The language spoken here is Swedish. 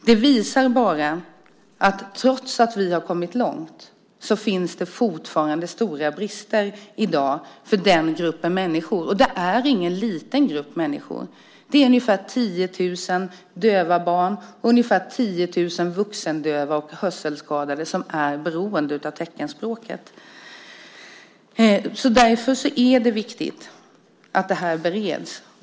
Det visar bara att trots att vi har kommit långt finns det fortfarande stora brister i dag för den gruppen människor. Och det är ingen liten grupp människor; det är ungefär 10 000 döva barn och ungefär 10 000 vuxendöva och hörselskadade som är beroende av teckenspråket. Därför är det viktigt att det här bereds.